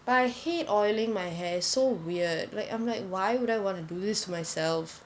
but I hate oiling my hair so weird like I'm like why would I want to do this to myself